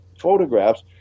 photographs